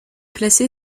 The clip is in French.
placée